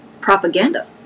Propaganda